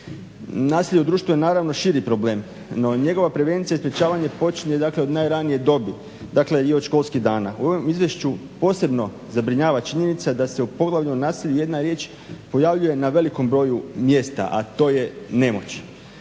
Nasilje u društvu je naravno širi problem, no njegova prevencija i sprečavanje počinje dakle od najranije dobi, dakle i od školskih dana. U ovom izvješću posebno zabrinjava činjenica da se u poglavlju Nasilje jedna riječ pojavljuje na velikom broju mjesta, a to je nemoć.